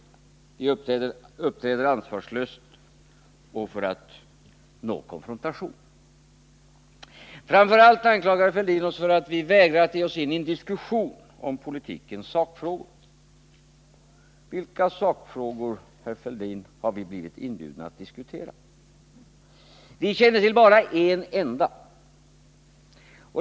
Vi uppträder ansvarslöst, och vi söker konfrontation. Framför allt anklagade Thorbjörn Fälldin oss för att vi vägrar att ge oss in i en diskussion om politikens sakfrågor. Vilka sakfrågor, Thorbjörn Fälldin, har vi blivit inbjudna att diskutera? Vi känner till bara en enda.